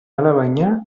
alabaina